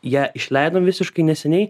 ją išleidom visiškai neseniai